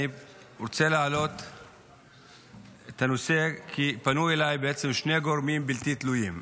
אני רוצה להעלות את הנושא כי פנו אליי בעצם שני גורמים בלתי תלויים.